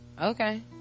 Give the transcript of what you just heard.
Okay